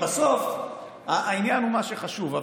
בסוף, העניין הוא מה שחשוב.